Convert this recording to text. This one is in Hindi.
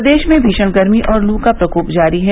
प्रदेश में भीषण गर्मी और लू का प्रकोप जारी है